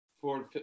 Ford